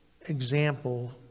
example